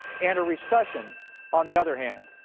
and a recession on the other hand.